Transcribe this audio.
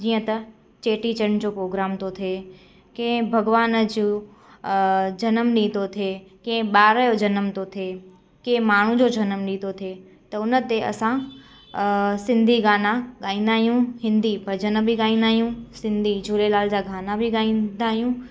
जीअं त चेटी चंड जो प्रोग्राम थो थिए कंहिं भॻवान जूं जनमु ॾींहुं थो थिए कंहिं ॿार जो जनमु थो थिए कंहिं माण्हू जो जनमु ॾींहुं थो थिए त उन ते असां सिंधी गाना ॻाईंदा आहियूं हिंदी भॼन बि ॻाईंदा आहियूं सिंधी झूलेलाल जा गाना बि ॻाईंदा आहियूं